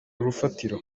urufatiro